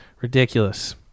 Ridiculous